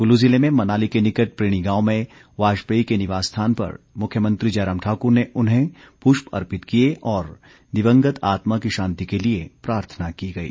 कुल्लू जिले में मनाली के निकट प्रीणी गांव में वाजपेयी के निवास स्थान पर मुख्यमंत्री जयराम ठाकुर ने उन्हें पुष्प अर्पित किए और दिवंगत आत्मा की शांति के लिए प्रार्थना की गई